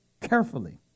carefully